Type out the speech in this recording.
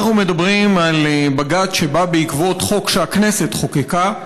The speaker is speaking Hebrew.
אנחנו מדברים על בג"ץ שבא בעקבות חוק שהכנסת חוקקה,